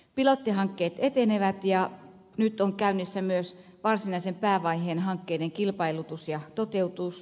pilottihankkeet etenevät ja nyt on käynnissä myös varsinaisen päävaiheen hankkeiden kilpailutus ja toteutus